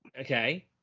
Okay